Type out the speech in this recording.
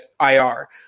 IR